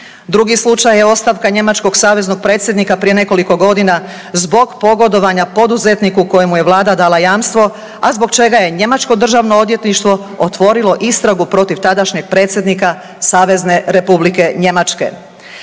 Drugi slučaj je ostavka njemačkog Saveznog Predsjednika prije nekoliko godina zbog pogodovanja poduzetniku kojemu je Vlada dala jamstvo, a zbog čega je njemačko Državno odvjetništvo otvorilo istragu protiv tadašnjeg predsjednika Savezne Republike Njemačke.